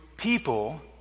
people